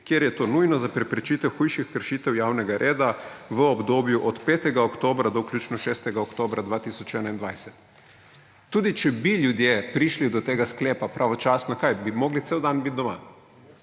kjer je to nujno za preprečitev hujših kršitev javnega reda, v obdobju od 5. oktobra 2021 do vključno 6. oktobra 2021.« Tudi če bi ljudje prišli do tega sklepa pravočasno, kaj – bi morali cel dan biti doma?